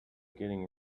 getting